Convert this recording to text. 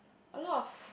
a lot of